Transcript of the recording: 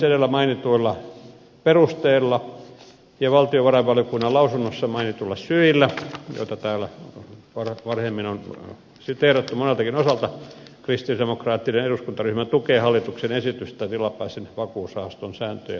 edellä mainituilla perusteilla ja valtiovarainvaliokunnan lausunnossa mainituilla syillä joita täällä varhemmin on siteerattu moneltakin osalta kristillisdemokraattinen eduskuntaryhmä tukee hallituksen esitystä tilapäisen vakuusrahaston sääntöjen muuttamisesta